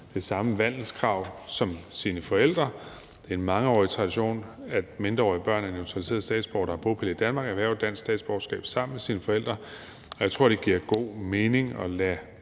det samme vandelskrav som sine forældre. Det er en mangeårig tradition, at mindreårige børn af naturaliserede statsborgere, der har bopæl i Danmark, erhverver dansk statsborgerskab sammen med deres forældre. Jeg tror, det giver god mening at lade